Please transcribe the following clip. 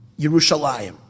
Yerushalayim